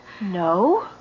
No